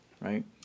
right